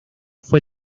fue